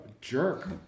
jerk